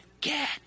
Get